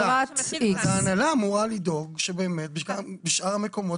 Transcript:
ההנהלה אמורה לדאוג שבאמת בשאר המקומות